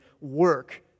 work